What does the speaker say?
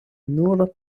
nur